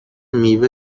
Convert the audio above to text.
میوه